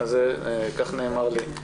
כך נאמר לי.